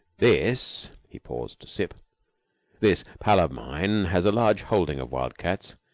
this he paused to sip this pal of mine has a large holding of wildcats.